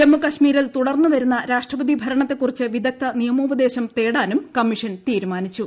ജമ്മുകശ്മീരിൽ തുടർന്നുവരുന്ന രാഷ്ട്രപതി ഭരണത്തെക്കുറിച്ച് വിദഗ്ദ്ധ നിയമോപദേശം തേടാനും കമ്മീഷൻ തീരുമാനിച്ചു